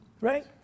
Right